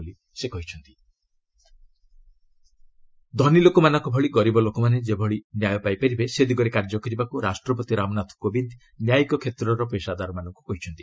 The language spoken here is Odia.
ପ୍ରେସିଡେଣ୍ଟ ଧନୀ ଲୋକମାନଙ୍କ ଭଳି ଗରିବ ଲୋକମାନେ ଯେପରି ନ୍ୟାୟ ପାଇପାରିବେ ସେଦିଗରେ କାର୍ଯ୍ୟ କରିବାକୁ ରାଷ୍ଟ୍ରପତି ରାମନାଥ କୋବିନ୍ଦ ନ୍ୟାୟିକ ଷେତ୍ରର ପେସାଦାରମାନଙ୍କୁ କହିଛନ୍ତି